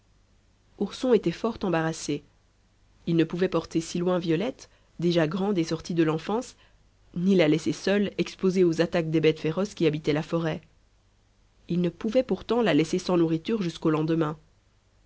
ourson était fort embarrassé il ne pouvait porter si loin violette déjà grande et sortie de l'enfance ni la laisser seule exposée aux attaques des bêtes féroces qui habitaient la forêt il ne pouvait pourtant la laisser sans nourriture jusqu'au lendemain